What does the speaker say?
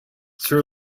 sir